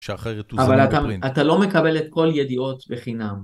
שאחרת הוא זמן בפרינט. אבל אתה לא מקבל את כל ידיעות בחינם.